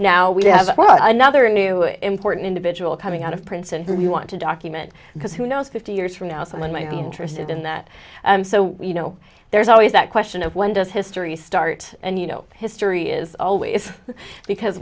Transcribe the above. well another new important individual coming out of prince and who you want to document because who knows fifty years from now someone might be interested in that so you know there's always that question of when does history start and you know history is always because